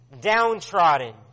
Downtrodden